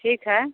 ठीक है